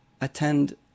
attend